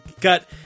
got